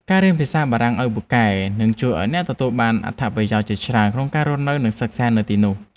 ការរៀនភាសាបារាំងឱ្យបានពូកែនឹងជួយឱ្យអ្នកទទួលបានអត្ថប្រយោជន៍ច្រើនក្នុងការរស់នៅនិងសិក្សានៅទីនោះ។